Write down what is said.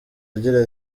agira